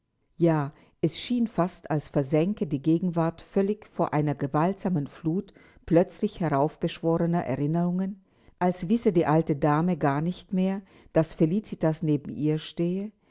ja es schien fast als versänke die gegenwart völlig vor einer gewaltsamen flut plötzlich heraufbeschworener erinnerungen als wisse die alte dame gar nicht mehr daß felicitas neben ihr stehe